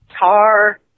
car